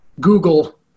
Google